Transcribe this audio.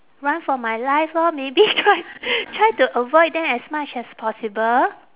run for my life lor maybe try try to avoid them as much as possible